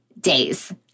days